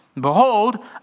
Behold